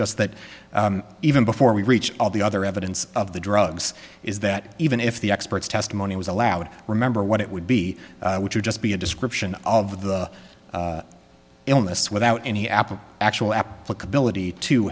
just that even before we reach all the other evidence of the drugs is that even if the experts testimony was allowed remember what it would be would just be a description of the illness without any app of actual applicability to